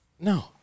No